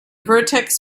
vertex